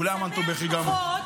כול עאם אנתום בח'יר, גם.